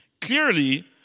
clearly